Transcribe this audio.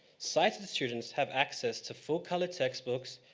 sighted students have access to full colour textbooks,